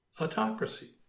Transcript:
autocracy